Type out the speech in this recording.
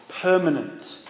permanent